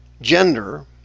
gender